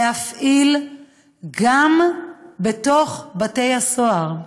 להפעיל גם בתוך בתי הסוהר.